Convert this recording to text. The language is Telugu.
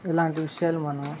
ఇలాంటి విషయాలు మనం